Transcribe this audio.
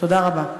תודה רבה.